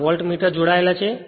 આ વોલ્ટમીટર થી જોડાયેલ છે